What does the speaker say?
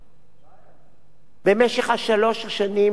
במשך שלוש השנים מאז כניסתי לתפקיד